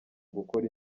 gukora